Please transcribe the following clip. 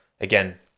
again